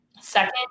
second